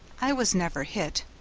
i was never hit,